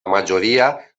majoria